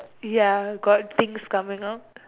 ya got things coming out